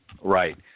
Right